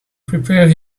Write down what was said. prepare